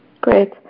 Great